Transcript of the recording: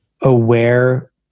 aware